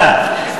תודה.